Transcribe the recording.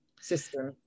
system